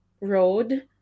road